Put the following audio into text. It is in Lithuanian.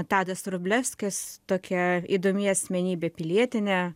tadas vrublevskis tokia įdomi asmenybė pilietinė